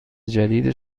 جدید